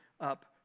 up